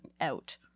out